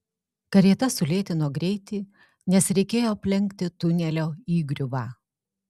karieta sulėtino greitį nes reikėjo aplenkti tunelio įgriuvą